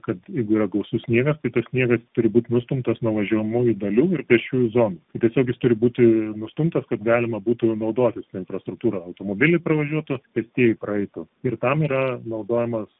kad jeigu yra gausus sniegas tai tas sniegas turi būt nustumtas nuo važiuojamųjų dalių ir pėsčiųjų zonų tiesiog is turi būti nustumtas kad galima būtų naudotis ta infrastruktūra automobiliai pravažiuotų pėstieji praeitų ir tam yra naudojamas